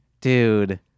dude